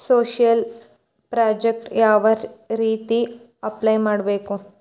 Social project ಯಾವ ರೇತಿ apply ಮಾಡಬೇಕು?